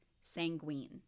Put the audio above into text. sanguine